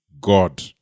God